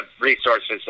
resources